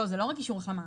לא, זה לא רק אישור החלמה.